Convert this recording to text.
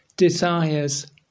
desires